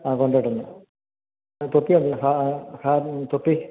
ആ കൊണ്ടു പോയിട്ടുണ്ട് ഈ തൊപ്പിയൊക്കെ ഹാ ഹാ തൊപ്പി